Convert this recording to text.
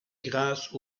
grâce